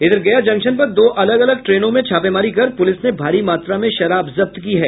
इधर गया जंक्शन पर दो अलग अलग ट्रेनों में छापेमारी कर पुलिस ने भारी मात्रा में शराब जब्त की है